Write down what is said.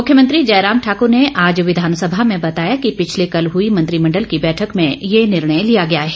मुख्यमंत्री जयराम ठाकुर ने आज विधानसभा में बताया कि पिछले कल हुई मंत्रिमंडल की बैठक में ये निर्णय लिया गया है